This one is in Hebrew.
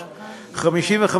55,